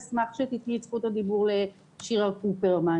אני אשמח שתיתני את זכות הדיבור לשירה קופרמן